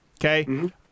Okay